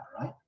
right